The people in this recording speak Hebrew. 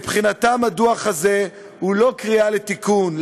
מבחינתם הדוח הזה הוא לא קריאה לתיקון,